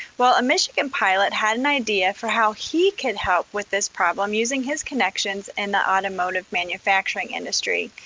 well, a michigan pilot had an idea for how he could help with this problem using his connections in the automotive manufacturing industry.